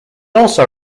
also